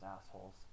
assholes